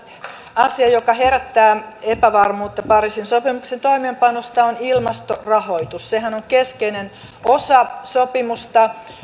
asia joka herättää epävarmuutta pariisin sopimuksen toimeenpanosta on ilmastorahoitus sehän on keskeinen osa sopimusta